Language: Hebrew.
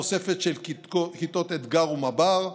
תוספת של כיתות אתג"ר ומב"ר,